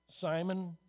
Simon